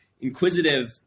inquisitive